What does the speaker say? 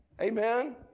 Amen